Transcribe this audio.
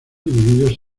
divididos